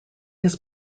his